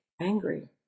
angry